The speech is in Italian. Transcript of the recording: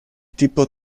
tipo